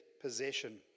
possession